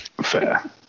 Fair